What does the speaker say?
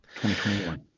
2021